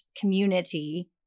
community